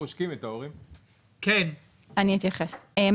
אני אתייחס.